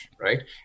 right